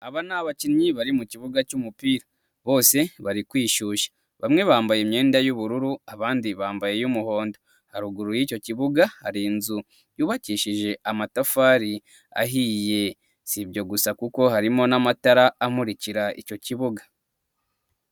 Aba ni abakinnyi bari mu kibuga cy'umupira, bose bari kwishyushya, bamwe bambaye imyenda y'ubururu abandi bambaye y'umuhondo, haruguru y'icyo kibuga hari inzu yubakishije amatafari ahiye, si ibyo gusa kuko harimo n'amatara amurikira icyo kibuga.